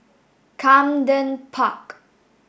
Camden Park